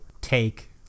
take